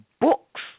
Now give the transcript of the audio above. books